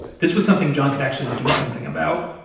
this was something john could actually do something about.